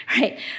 right